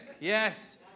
Yes